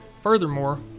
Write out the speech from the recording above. Furthermore